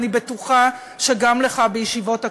אני בטוחה שגם לך בישיבות הקבינט,